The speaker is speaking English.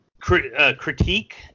critique